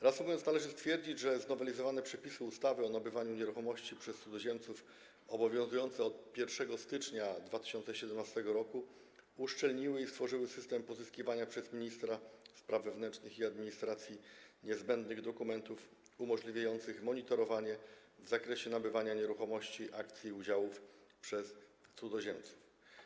Reasumując, należy stwierdzić, że znowelizowane przepisy ustawy o nabywaniu nieruchomości przez cudzoziemców, obowiązujące od 1 stycznia 2017 r., uszczelniły i stworzyły system pozyskiwania przez ministra spraw wewnętrznych i administracji niezbędnych dokumentów umożliwiających monitorowanie w zakresie nabywania nieruchomości, akcji i udziałów przez cudzoziemców.